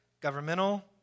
governmental